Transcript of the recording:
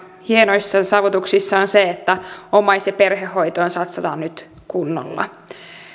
hienoissa saavutuksissa on se että omais ja perhehoitoon satsataan nyt kunnolla